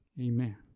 amen